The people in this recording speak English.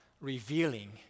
revealing